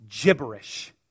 gibberish